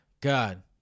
God